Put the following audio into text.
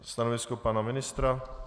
Stanovisko pana ministra?